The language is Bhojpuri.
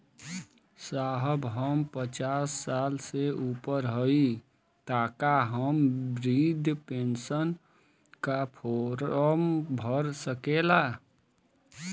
साहब हम पचास साल से ऊपर हई ताका हम बृध पेंसन का फोरम भर सकेला?